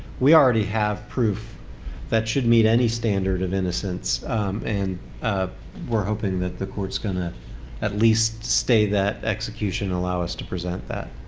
we already have proof that should meet any standard of innocence and we're hoping that the court's going to at least stay that execution and allow us to present that.